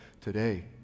Today